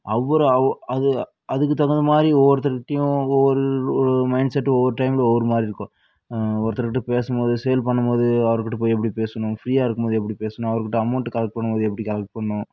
அவரோ ஒள அது அதுக்குத் தகுந்த மாதிரி ஒவ்வொருத்தர்ட்டையும் ஒவ்வொரு லு மைன்செட்டு ஒவ்வொரு டைம்மில ஒவ்வொரு மாதிரி இருக்கும் ஒருத்தருக்கிட்ட பேசும் போது சேல் பண்ணும் போது அவர்க்கிட்ட போய் எப்படி பேசுணும் ஃப்ரீயாக இருக்கும் போது எப்படி பேசுணும் அவர்க்கிட்ட அமௌண்ட்டு கலெக்ட் பண்ணும் போது எப்படி கலெக்ட் பண்ணும்